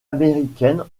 américaine